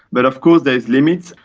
but of course there are limits.